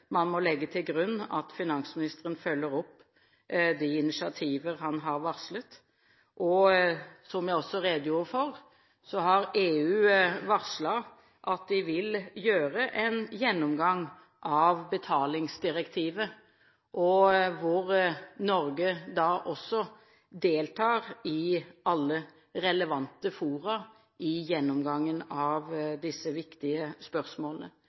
man må legge til grunn at finansministeren følger opp de initiativer han har varslet. Som jeg også redegjorde for, har EU varslet at de vil gjøre en gjennomgang av hvitvaskingsdirektivet, og Norge deltar da også i alle relevante fora i gjennomgangen av disse viktige spørsmålene.